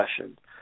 discussion